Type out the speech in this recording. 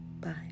Bye